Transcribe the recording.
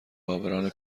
عابران